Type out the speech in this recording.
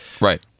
Right